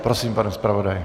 Prosím, pane zpravodaji.